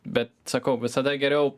bet sakau visada geriau